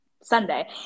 Sunday